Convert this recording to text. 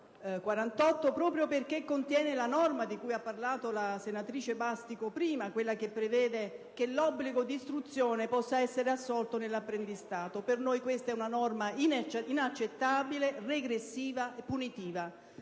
48 proprio perché contiene la norma di cui ha parlato la senatrice Bastico prima: quella che prevede che l'obbligo di istruzione possa essere assolto nell'apprendistato. Per noi questa è una norma inaccettabile, regressiva e punitiva.